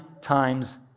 times